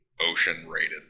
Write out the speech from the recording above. ocean-rated